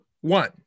One